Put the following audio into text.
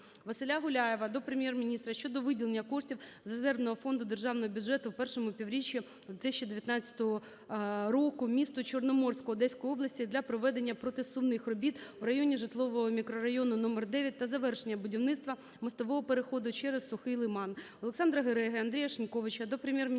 Василя Гуляєва до Прем'єр-міністра щодо виділення коштів з резервного фонду Державного бюджету у першому півріччі 2019 року місту Чорноморську Одеській області для проведення протизсувних робіт у районі житлового мікрорайону № 9 та завершення будівництва мостового переходу через Сухий лиман. Олександра Гереги, Андрія Шиньковича до Прем'єр-міністра